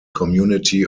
community